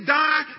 die